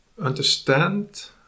understand